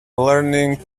learning